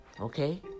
Okay